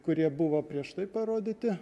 kurie buvo prieš tai parodyti